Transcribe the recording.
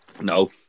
No